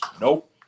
Nope